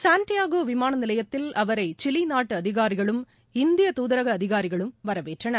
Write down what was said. சாண்டியாகோவிமானநிலையத்தில் அவரைசிலிநாட்டுஅதிகாரிகளும் இந்திய தூதரகஅதிகாரிகளும் வரவேற்றனர்